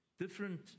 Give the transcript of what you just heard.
different